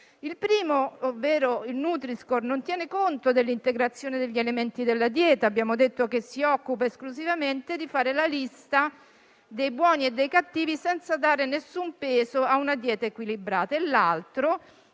Il primo, ovvero il nutri-score, non tiene conto dell'integrazione degli elementi della dieta: abbiamo detto che si occupa esclusivamente di fare la lista dei buoni e dei cattivi, senza dare nessun peso a una dieta equilibrata.